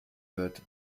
wird